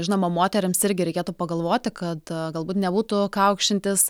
žinoma moterims irgi reikėtų pagalvoti kad galbūt nebūtų kaukšintys